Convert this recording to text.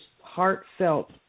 heartfelt